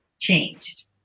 changed